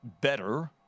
better